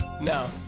No